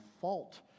fault